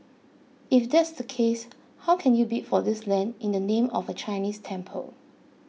if that's the case how can you bid for this land in the name of a Chinese temple